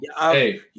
hey